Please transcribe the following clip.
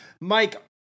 Mike